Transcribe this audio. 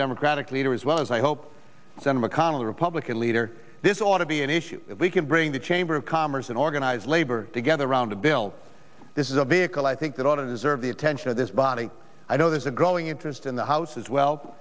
democratic leader as well as i hope santa mcconnell republican leader this ought to be an issue if we can bring the chamber of commerce and organized labor together around a bill this is a vehicle i think that ought it serve the attention of this body i know there's a growing interest in the house as well